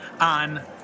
on